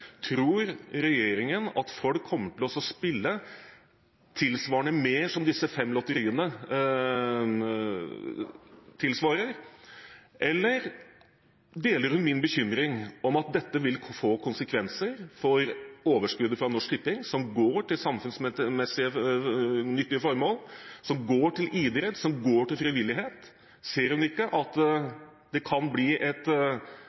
tror at folk kommer til å spille tilsvarende mer – tilsvarende disse fem lotteriene – eller deler man min bekymring om at dette vil få konsekvenser for overskuddet til Norsk Tipping som går til samfunnsnyttige forhold, idrett og frivillighet. Ser ikke kulturministeren at det kan få de konsekvensene? Mitt spørsmål er: Hvis dette blir konsekvensene, har kulturministeren et